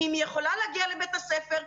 אם היא יכולה להגיע לבית הספר,